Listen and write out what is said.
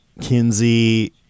Kinsey